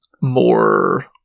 more